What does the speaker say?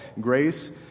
grace